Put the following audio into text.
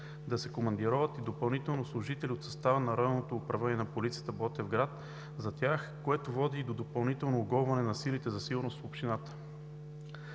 да се командироват допълнително служители от състава на Районното управление на полицията в Ботевград, което води и до допълнително оголване на силите за сигурност в общината.